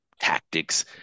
tactics